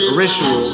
ritual